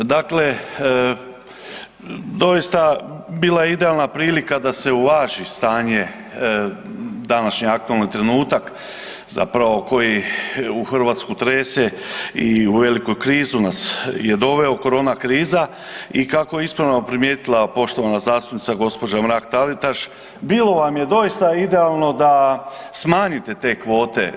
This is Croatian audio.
Dakle, doista bila je idealna prilika da se uvaži stanje današnji aktualni trenutak zapravo koji Hrvatsku trese i u veliku krizu nas je doveo, corona kriza i kako je ispravno primijetila poštovana zastupnica gospođa Mrak-Taritaš bilo vam je doista idealno da smanjite te kvote.